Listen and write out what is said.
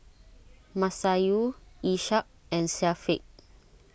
Masayu Ishak and Syafiq